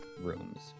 rooms